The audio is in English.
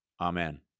Amen